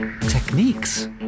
techniques